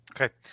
Okay